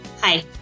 Hi